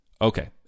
Okay